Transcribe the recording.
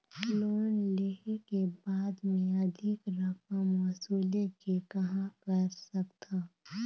Loan लेहे के बाद मे अधिक रकम वसूले के कहां कर सकथव?